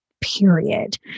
period